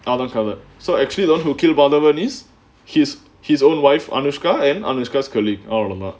அதான் கத:athaan katha so actually those who kill madhavan is his his own wife anushka and anushka colleague அவ்ளோதான்:avlothaan